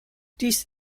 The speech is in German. dies